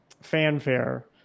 fanfare